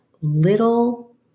little